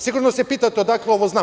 Sigurno se pitate odakle ovo znam.